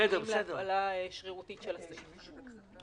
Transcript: להפעלה שרירותית של הסעיף הזה.